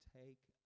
take